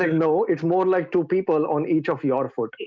like no it's more like two people on each of your foot